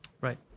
right